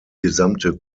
gesamte